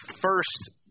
first